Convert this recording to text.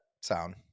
sound